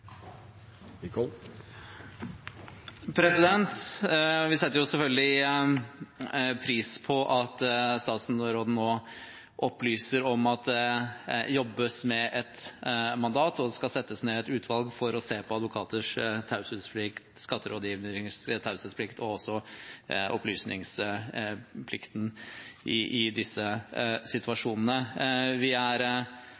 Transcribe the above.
opplyser om at det jobbes med et mandat, og at det skal settes ned et utvalg for å se på advokaters taushetsplikt, skatterådgiveres taushetsplikt og også på opplysningsplikten i disse